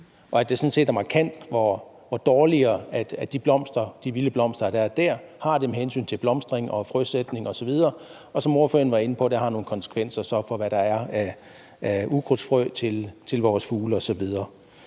og at det sådan set er markant, hvor meget dårligere de vilde blomster, der er der, har det med hensyn til blomstring, frøsætning osv. Som ordføreren var inde på, har det nogle konsekvenser for, hvad der er af ukrudtsfrø til vores fugle osv.